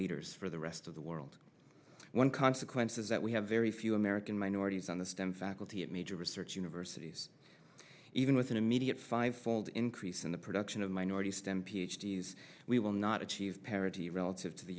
leaders for the rest of the world one consequence is that we have very few american minorities on the stem faculty at major research universities even with an immediate five fold increase in the production of minority stem ph d s we will not achieve parity relative to the